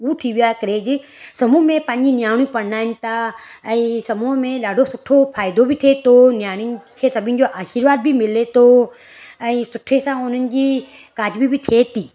उहो थी वियो आहे क्रेज़ समूह में पांजी नियाणियूं परनाइनि था अंई समूह में ॾाढो सुठो फ़ायदो बि थे तो नियाणीनि खे सभिनि जो आर्शीवाद बि मिले थो ऐं सुठे सां हुननि जी काजबी बि थिए थी